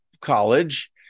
college